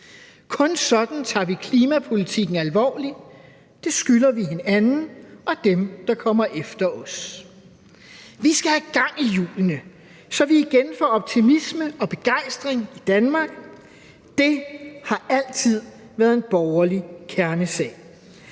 Kun sådan tager vi klimapolitikken alvorligt, det skylder vi hinanden og dem, der kommer efter os. Vi skal have gang i hjulene, så vi igen får optimisme og begejstring i Danmark. Det har altid været en borgerlig kernesag.